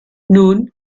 nun